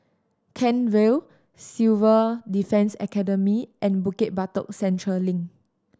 Kent Vale Civil Defence Academy and Bukit Batok Central Link